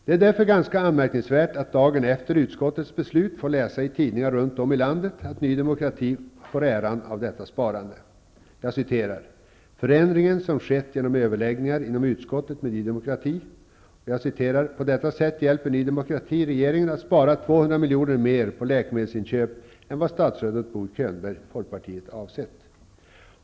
Det är därför ganska anmärkningsvärt att tidningar runt om i landet dagen efter det att utskottet fattat sitt beslut ger Ny demokrati äran av detta sparande och skriver: ''Förändringen som skett genom överläggningar inom utskottet med ny demokrati...'' och ''På detta sätt hjälper Ny Demokrati regeringen att spara 200 miljoner mer på läkemedelsinköp än vad statsrådet Bo Könberg avsett.''